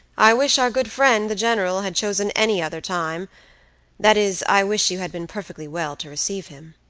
i wish our good friend, the general, had chosen any other time that is, i wish you had been perfectly well to receive him.